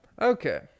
Okay